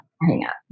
hang-up